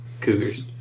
cougars